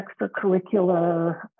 extracurricular